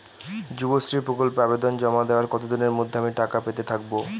যুবশ্রী প্রকল্পে আবেদন জমা দেওয়ার কতদিনের মধ্যে আমি টাকা পেতে থাকব?